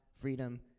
freedom